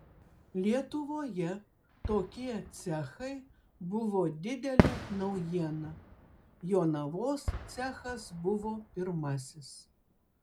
lietuvoje tokie cechai buvo didelė naujiena jonavos cechas buvo pirmasis